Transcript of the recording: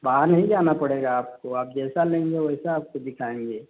बाहर नहीं जाना पड़ेगा आपको आप जैसा लेंगे वैसा आपको दिखाएँगे